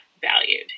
valued